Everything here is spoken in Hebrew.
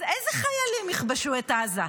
אז איזה חיילים יכבשו את עזה?